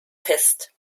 fest